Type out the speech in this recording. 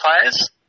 players